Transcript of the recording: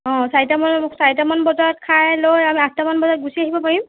অ' চাৰিটামান চাৰিটামান বজাত খাই লৈ আমি আঠটামান বজাত গুচি আহিব পাৰিম